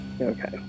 okay